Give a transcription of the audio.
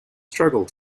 struggle